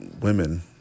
women